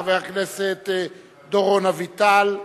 חבר הכנסת דורון אביטל.